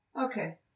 Okay